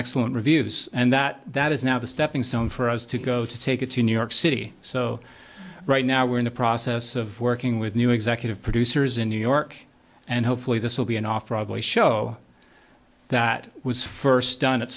excellent reviews and that that is now the stepping stone for us to go to take it to new york city so right now we're in the process of working with new executive producers in new york and hopefully this will be an off show that was first don